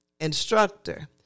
instructor